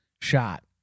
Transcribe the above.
shot